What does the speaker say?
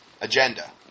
agenda